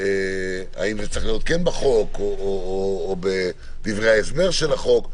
האם זה כן צריך להיות בחוק או בדברי ההסבר לחוק.